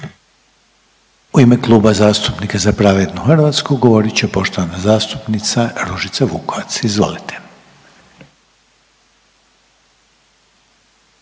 u ime Kluba zastupnika Za pravednu Hrvatsku govoriti poštovana zastupnica Ružica Vukovac, izvolite.